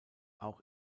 auch